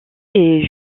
est